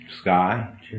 Sky